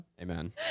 Amen